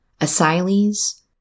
asylees